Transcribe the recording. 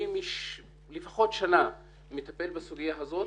אני לפחות שנה מטפל בסוגיה הזאת,